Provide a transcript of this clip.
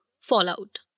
fallout